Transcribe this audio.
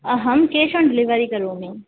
अहं cash on delivery करोमि